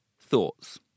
thoughts